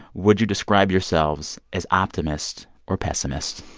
would you describe yourselves as optimists or pessimists?